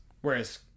Whereas